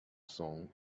song